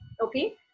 Okay